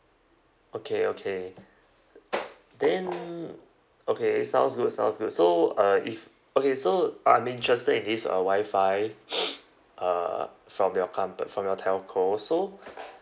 okay okay then okay sounds good sounds good so uh if okay so I'm interested in this uh wi-fi err from your compa~ from your telco so